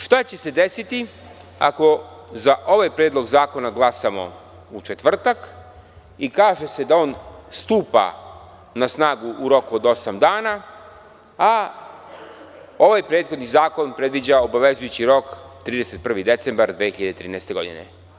Šta će se desiti ako za ovaj predlog zakona glasamo u četvrtak i kaže se da on stupa na snagu u roku od osam dana, a ovaj prethodni zakon predviđa obavezujući rok 31. decembar 2013. godine?